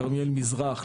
כרמיאל מזרח,